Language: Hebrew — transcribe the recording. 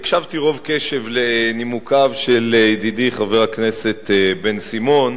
הקשבתי רוב קשב לנימוקיו של ידידי חבר הכנסת בן-סימון,